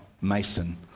Mason